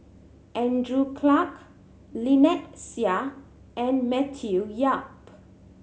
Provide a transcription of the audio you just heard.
Andrew Clarke Lynnette Seah and Matthew Yap